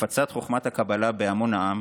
הפצת חוכמת הקבלה בהמון העם